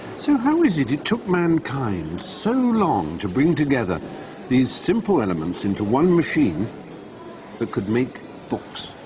so how is it it took mankind so long to bring together these simple elements into one machine that could make books?